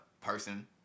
person